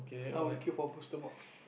I'll kill for poster box